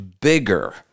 bigger